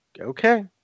Okay